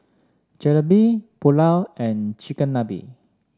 Jalebi Pulao and Chigenabe